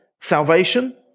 salvation